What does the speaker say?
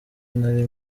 nari